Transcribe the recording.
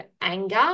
anger